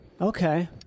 Okay